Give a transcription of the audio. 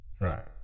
Right